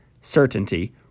certainty